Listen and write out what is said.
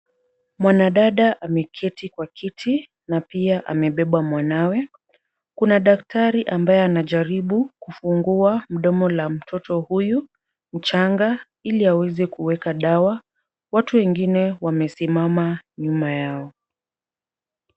Mwanadada ameketi kwa kiti na pia amebeba mwanawe. Kuna daktari ambeye anajaribu kufungua mdomo la mtoto huyu mchanga ili aweze kuweka dawa. Watu wengine wamesimama nyuma yao.